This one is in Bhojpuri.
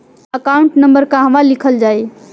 एकाउंट नंबर कहवा लिखल जाइ?